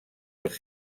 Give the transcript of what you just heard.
els